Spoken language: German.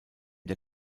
der